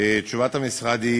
תשובת המשרד,